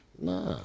Nah